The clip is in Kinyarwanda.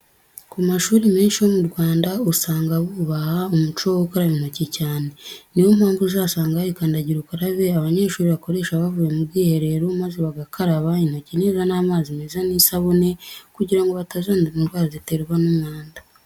Ku mashuri menshi yo mu Rwanda usanga bubaha umuco wo gukaraba intoki cyane. Niyo mpamvu uzasanga hari kandagira ukarabe abanyeshuri bakoresha bavuye mu bwiherero, maze bagakaraba intoki neza n'amazi meza n'isabune kugira ngo batazandura indwarwa ziterwa n'umwanda.